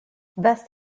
best